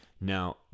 Now